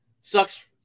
sucks